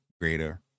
greater